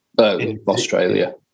Australia